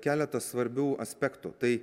keletas svarbių aspektų tai